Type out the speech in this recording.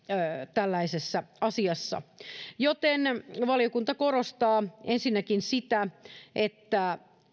tällaisessa asiassa valiokunta korostaa ensinnäkin sitä että